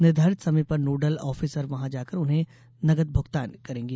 निर्धारित समय पर नोडल ऑफीसर वहाँ जाकर उन्हें नगद भुगतान करेंगे